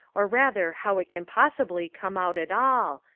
or rather how it can possibly come out at all,